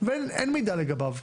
ואין מידע לגביו,